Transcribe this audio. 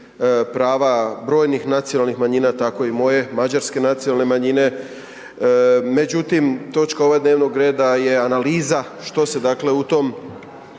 prava brojnih nacionalnih manjina, tako i moje Mađarske nacionalne manjine, međutim točka ova dnevnog reda je analiza što se dakle u tom